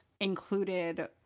included